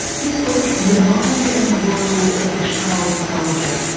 this week. the mind and world of the child soldier.